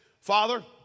Father